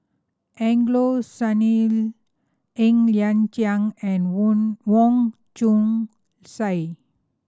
Angelo Sanelli Ng Liang Chiang and Wong Chong Sai